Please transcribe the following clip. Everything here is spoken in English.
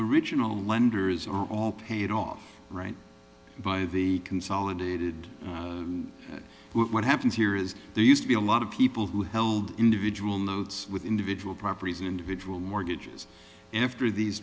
original lenders are paid off right by the consolidated what happens here is there used to be a lot of people who held individual notes with individual properties individual mortgages after these